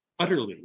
Utterly